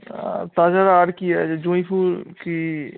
আর তাছাড়া আর কি আছে জুঁই ফুল কি